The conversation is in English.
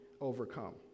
overcome